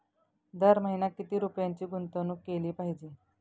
दर महिना किती रुपयांची गुंतवणूक केली पाहिजे?